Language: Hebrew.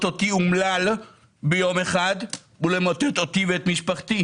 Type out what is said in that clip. אותי אומלל ביום אחד ולמוטט אותי ואת משפחתי,